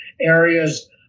areas